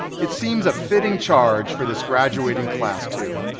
it seems a fitting charge for this graduating class too.